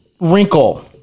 wrinkle